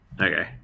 Okay